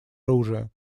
оружия